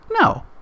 No